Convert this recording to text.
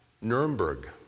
Nuremberg